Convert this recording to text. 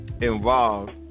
involved